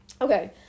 Okay